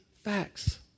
facts